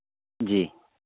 जी